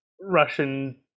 russian